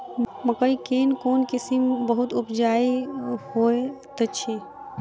मकई केँ कोण किसिम बहुत उपजाउ होए तऽ अछि?